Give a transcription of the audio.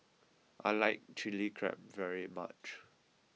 I like Chili Crab very much